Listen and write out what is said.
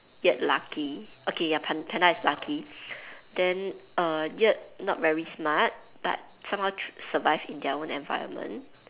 yet lucky okay pan~ panda is lucky then yet not very smart but somehow survive in their own environment